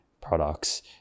products